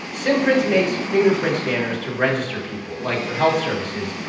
simprints makes fingerprint scanners to register people, like, for health services.